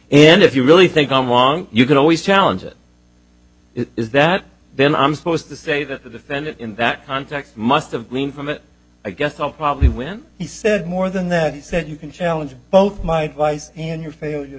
and if you really think i'm long you can always challenge it is that then i'm supposed to say that the defendant in that context must have green from it i guess or probably when he said more than that he said you can challenge both my advice and your failure